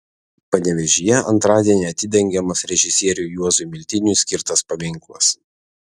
panevėžyje antradienį atidengiamas režisieriui juozui miltiniui skirtas paminklas